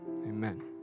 amen